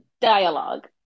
dialogue